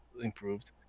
improved